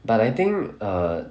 but I think err